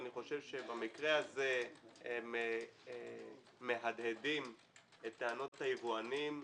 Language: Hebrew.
אני חושב שבמקרה הזה הם מהדהדים את טענות היבואנים,